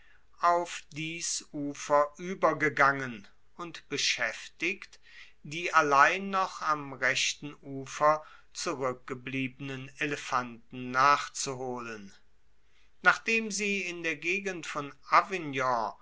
auf dies ufer uebergegangen und beschaeftigt die allein noch am rechten ufer zurueckgebliebenen elefanten nachzuholen nachdem sie in der gegend von